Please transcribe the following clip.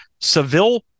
Seville